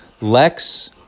Lex